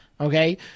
Okay